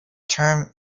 term